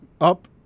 up